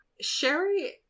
Sherry